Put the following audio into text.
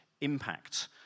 impact